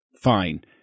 Fine